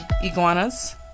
iguanas